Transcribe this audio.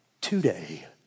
today